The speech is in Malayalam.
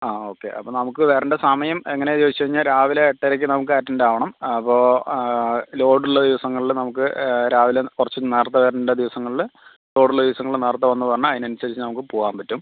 ആ ഓക്കെ അപ്പം നമുക്ക് വരേണ്ട സമയം എങ്ങനെയാണ് ചോദിച്ച് കഴിഞ്ഞാൽ രാവിലെ എട്ടരയ്ക്ക് നമുക്ക് അറ്റൻഡ് ആവണം അപ്പോൾ ലോഡുള്ള ദിവസങ്ങളിൽ നമുക്ക് രാവില കുറച്ച് നേരത്തെ വരേണ്ടെ ദിവസങ്ങളിൽ ലോഡ് ഉള്ള ദിവസങ്ങളിൽ നേരത്തെ വന്നു എന്ന് പറഞ്ഞാൽ അതിന് അനുസരിച്ച് നമുക്ക് പോവാൻ പറ്റും